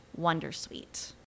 Wondersuite